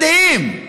מדהים.